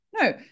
No